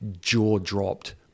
jaw-dropped